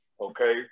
okay